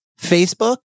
Facebook